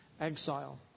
exile